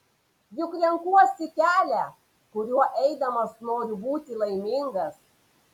juk renkuosi kelią kuriuo eidamas noriu būti laimingas